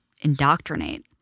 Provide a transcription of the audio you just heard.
indoctrinate